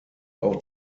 auch